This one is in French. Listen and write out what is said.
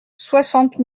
soixante